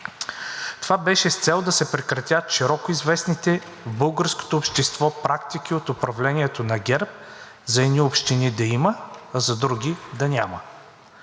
Това беше с цел да се прекратят широко известните в българското общество практики от управлението на ГЕРБ – за едни общини да има, а за други да няма.